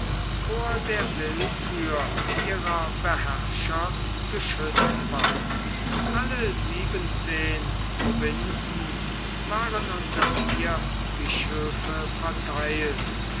vor der willkür ihrer beherrscher geschützt war alle siebenzehn provinzen waren unter vier bischöfe verteilt